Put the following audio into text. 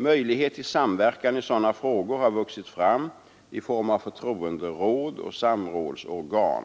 Möjlighet till samverkan i sådana frågor har vuxit fram i form av förtroenderåd och samrådsorgan.